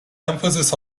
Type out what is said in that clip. emphasis